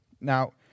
Now